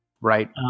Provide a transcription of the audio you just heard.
Right